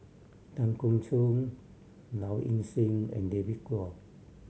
Tan Keong Choon Low Ing Sing and David Kwo